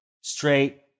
Straight